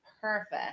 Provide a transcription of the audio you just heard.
Perfect